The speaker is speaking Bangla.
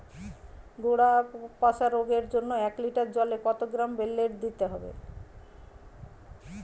গোড়া পচা রোগের জন্য এক লিটার জলে কত গ্রাম বেল্লের দিতে হবে?